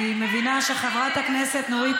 אני מבינה שחברת הכנסת נורית